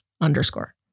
underscore